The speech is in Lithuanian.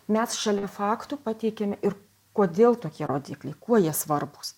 mes šalia faktų pateikiam ir kodėl tokie rodikliai kuo jie svarbūs